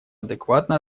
адекватно